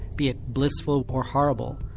be it blissful or horrible,